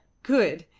good,